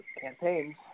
campaigns